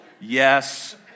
yes